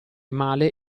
male